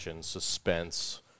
suspense